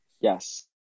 Yes